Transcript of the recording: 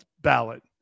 ballot